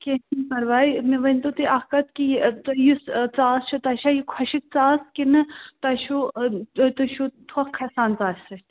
کیٚنٛہہ چھُ نہٕ پرواے مےٚ ؤنۍتو تُہۍ اکھ کتھ کہِ یہِ تۅہہِ یُس ژاس چھِ تۄہہِ چھا یہِ خوٚشٕک ژاس کِنہٕ تۄہہِ چھُو تۄہہِ چھُو تھۅکھ کھَسان ژاسہِ سۭتۍ